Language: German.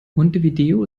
montevideo